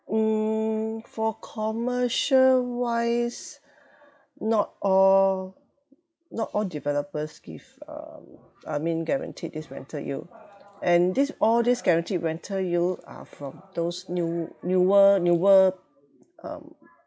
mm for commercial wise not all not all developers give um I mean guaranteed this rental yield and this all this guaranteed rental yield are from those new newer newer um